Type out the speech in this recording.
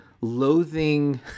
loathing